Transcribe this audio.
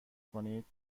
کنید